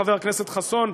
חבר הכנסת חסון,